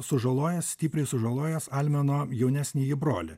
sužalojęs stipriai sužalojęs almeno jaunesnįjį brolį